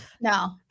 No